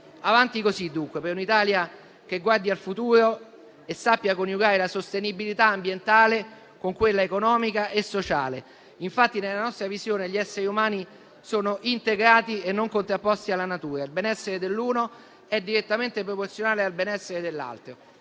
Avanti così, dunque, per un'Italia che guardi al futuro e sappia coniugare la sostenibilità ambientale con quella economica e sociale. Nella nostra visione gli esseri umani sono integrati e non contrapposti alla natura; il benessere dell'uno è direttamente proporzionale al benessere dell'altro